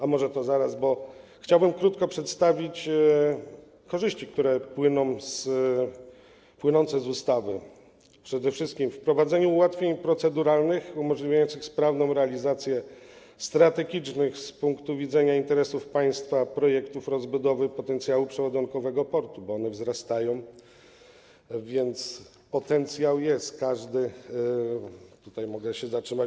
A może to zaraz, bo chciałbym krótko przedstawić korzyści płynące z ustawy, przede wszystkim chodzi o wprowadzenie ułatwień proceduralnych, umożliwiających sprawną realizację strategicznych z punktu widzenia interesów państwa projektów rozbudowy potencjału przeładunkowego portów, bo one wzrastają, więc potencjał jest, tutaj mogę się zatrzymać.